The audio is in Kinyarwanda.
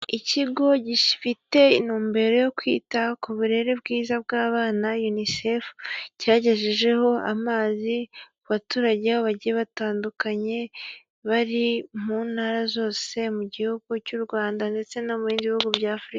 Ikigo gifite intumbero yo kwita ku burere bwiza bw'abana, yunisefu, cyagejejeho amazi ku baturage bagiye batandukanye bari mu ntara zose mu gihugu cy'u Rwanda, ndetse no mu bindi bihugu bya Afurika.